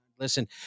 Listen